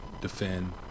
defend